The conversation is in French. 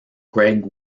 greg